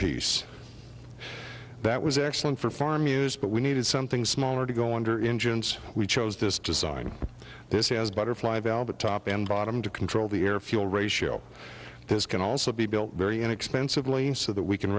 piece that was excellent for farm use but we needed something smaller to go under engines we chose this design this is butterfly valve the top and bottom to control the air fuel ratio this can also be built very inexpensively so that we can